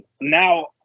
Now